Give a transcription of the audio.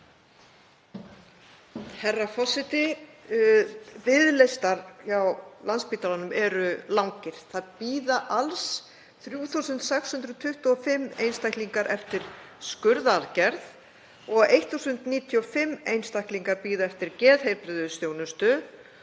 Herra forseti. Biðlistar hjá Landspítalanum eru langir. Það bíða alls 3.625 einstaklingar eftir skurðaðgerð, 1.095 einstaklingar bíða eftir geðheilbrigðisþjónustu